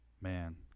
man